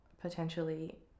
Potentially